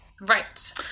Right